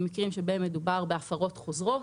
במקרים שבהם מדובר בהפרות חוזרות.